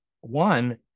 one